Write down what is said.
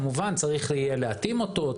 כמובן צריך יהיה להתאים אותו,